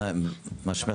"מכבי",